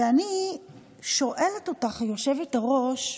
ואני שואלת אותך, היושבת-ראש,